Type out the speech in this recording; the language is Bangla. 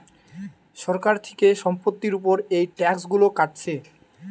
সরকার থিকে সম্পত্তির উপর এই ট্যাক্স গুলো কাটছে